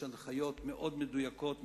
יש הנחיות מאוד מדויקות,